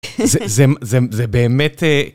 זה, זה, זה, זה באמת אה...